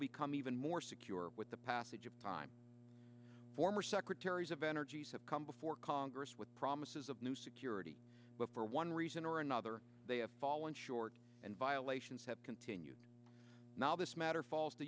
become even more secure with the passage of time former secretaries of energies have come before congress with promises of new security but for one reason or another they have fallen short and violations have continued now this matter falls to